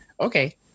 okay